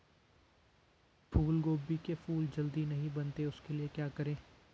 फूलगोभी के फूल जल्दी नहीं बनते उसके लिए क्या करें?